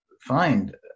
find